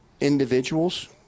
individuals